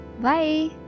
bye